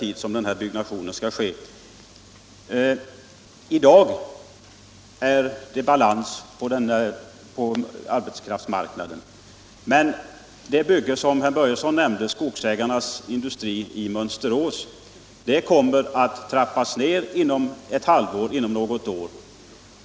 I dag är det balans på arbetsmarknaden. Men det bygge som herr Börjesson nämnde, skogsägarnas industri i Mönsterås, kommer att trappas ned inom ett halvår eller ett år.